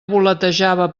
voletejava